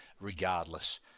regardless